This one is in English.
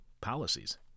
policies